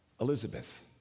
Elizabeth